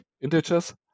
integers